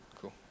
Cool